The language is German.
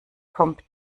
kommt